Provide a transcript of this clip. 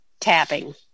tapping